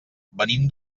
venim